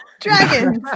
Dragons